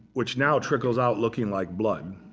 which now trickles out looking like blood.